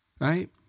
Right